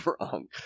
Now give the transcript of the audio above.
wrong